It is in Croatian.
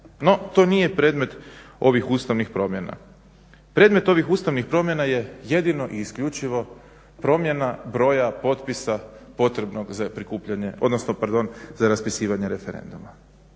No, to nije predmet ovih ustavnih promjena. Predmet ovih ustavnih promjena je jedinio i isključivo promjena broja potpisa potrebnog za prikupljanje, odnosno